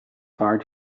far